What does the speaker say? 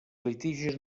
litigis